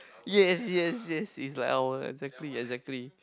yes yes yes it's like our exactly exactly